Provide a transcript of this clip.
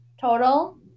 total